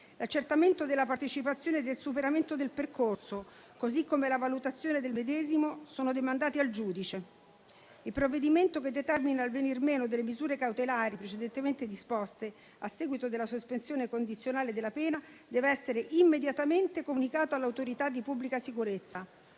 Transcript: L'accertamento della partecipazione e del superamento del percorso, così come la valutazione del medesimo, è demandato al giudice. Il provvedimento che determina il venir meno delle misure cautelari precedentemente disposte a seguito della sospensione condizionale della pena deve essere immediatamente comunicato all'autorità di pubblica sicurezza